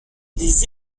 les